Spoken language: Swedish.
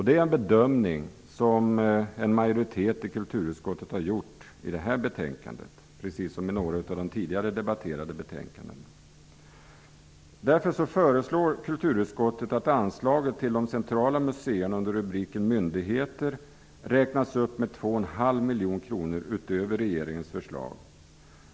Det är en bedömning som en majoritet i kulturutskottet har gjort i det här betänkandet, precis som i några av de tidigare debatterade betänkandena. Därför föreslår kulturutskottet att anslaget till de centrala museerna under rubriken Myndigheter räknas upp med 2,5 miljoner kronor utöver regeringens förslag.